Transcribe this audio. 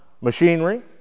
machinery